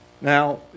Now